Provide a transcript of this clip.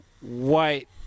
white